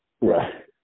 Right